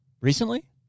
Recently